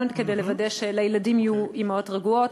גם כדי לוודא שלילדים יהיו אימהות רגועות,